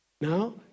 Now